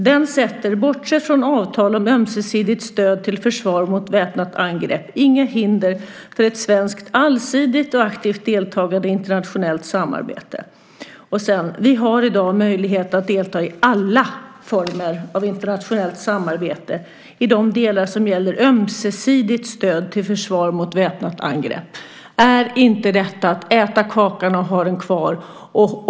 - Den sätter, bortsett från avtal om ömsesidigt stöd till försvar mot väpnat angrepp, inga hinder för ett svenskt allsidigt och aktivt deltagande i internationellt säkerhetssamarbete. Vi har i dag möjlighet att delta i alla former av internationellt samarbete i de delar som gäller ömsesidigt stöd till försvar mot väpnat angrepp." Är inte det att både äta kakan och ha den kvar?